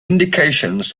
indications